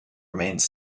remains